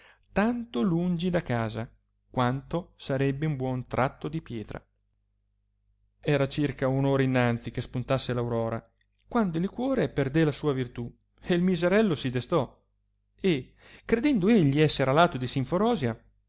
tanto lungi da casa quanto sarebbe un buon tratto di pietra era circa un ora innanzi che spuntasse l aurora quando il liquore perde la sua virtù e il miserello si destò e credendo egli esser a lato di simforosia